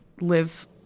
live